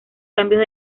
cambios